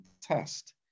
test